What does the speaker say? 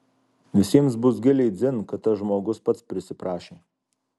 visiems bus giliai dzin kad tas žmogus pats prisiprašė